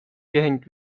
gehängt